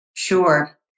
Sure